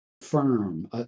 firm